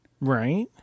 Right